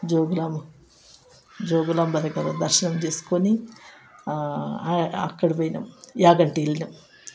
జోగులాంబ జోగులాంబ దగ్గర దర్శనం చేసుకుని అక్కడ పోయినాం యాగంటి వెళ్ళినాం